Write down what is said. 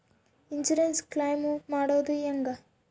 Insurance claim ಮಾಡೋದು ಹೆಂಗ?